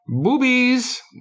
boobies